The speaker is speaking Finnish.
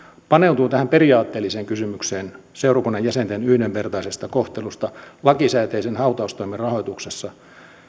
paneutuu tähän periaatteelliseen kysymykseen seurakunnan jäsenten yhdenvertaisesta kohtelusta lakisääteisen hautaustoimen rahoituksessa